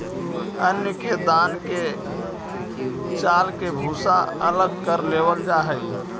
अन्न के दान के चालके भूसा अलग कर लेवल जा हइ